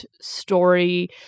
story